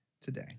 today